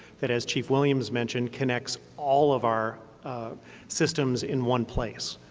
that, as chief williams mentioned, connects all of our systems in one place.